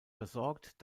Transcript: versorgt